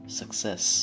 success